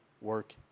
work